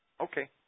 Okay